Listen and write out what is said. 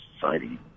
society